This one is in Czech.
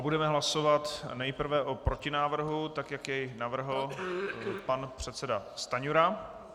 Budeme hlasovat nejprve o protinávrhu, jak jej navrhl pan předseda Stanjura.